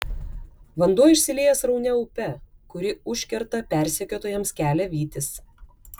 vanduo išsilieja sraunia upe kuri užkerta persekiotojams kelią vytis